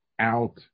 out